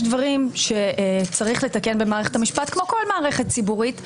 דברים שצריך לתקן במערכת המשפט כמו בכל מערכת ציבורית,